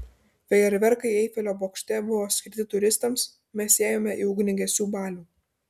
fejerverkai eifelio bokšte buvo skirti turistams mes ėjome į ugniagesių balių